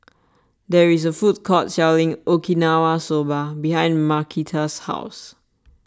there is a food court selling Okinawa Soba behind Markita's house